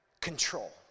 control